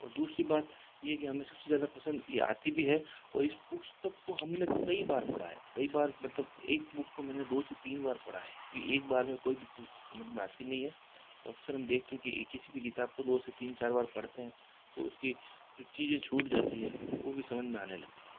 और दूसरी बात ये है कि सब से ज़्यादा पसंद ये आती भी है और इस पुस्तक को हम ने कई बार पढ़ा है कई बार मतलब एक बुक को मैंने दो से तीन बार पढ़ा है क्योंकि एक बार में कोई भी समझ में आती नहीं है तो अक्सर हम देखते हैं किसी भी किताब को दो से तीन चार बार पढ़ते हैं तो उसकी जो चीज़ें छूट जाती है वो भी समझ में आने लगती है